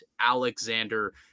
Alexander